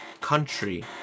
country